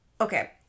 okay